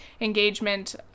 engagement